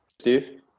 Steve